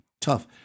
tough